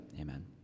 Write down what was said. amen